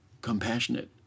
compassionate